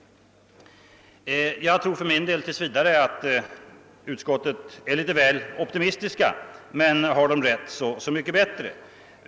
Jag tror för min del tills vidare att utskottet är litet väl optimistiskt, men om utskottet har rätt, är det så mycket bättre.